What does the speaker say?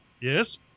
yes